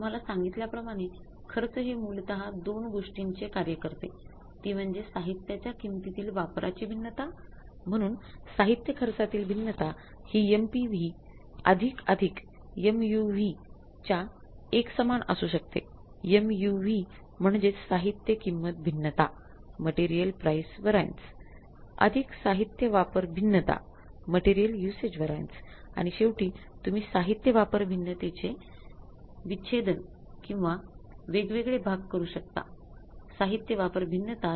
तुम्हाला सांगितल्याप्रमाणे खर्च हे मूलतः दोन गोष्टींचे कार्य करते ती म्हणजे साहित्यच्या किमतीतील वापराची भिन्नता